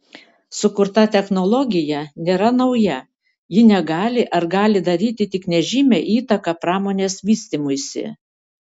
sukurta technologija nėra nauja ji negali ar gali daryti tik nežymią įtaką pramonės vystymuisi